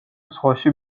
ზღვაში